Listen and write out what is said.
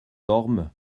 ormes